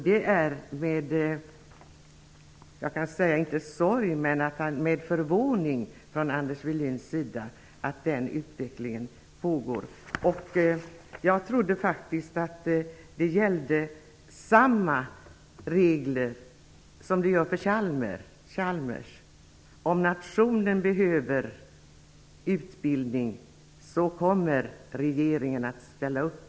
Det är kanske inte med sorg men med förvåning från Anders Welins sida som han konstaterar att den utvecklingen pågår. Jag trodde faktiskt att samma regler gällde som för Chalmers: Om nationen behöver utbildning så kommer regeringen att ställa upp.